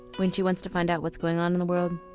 when she wants to find out what's going on in the world,